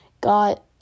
got